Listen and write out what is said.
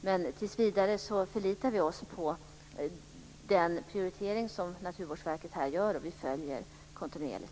Men tills vidare förlitar oss vi på den prioritering som Naturvårdsverket gör, och vi följer detta kontinuerligt.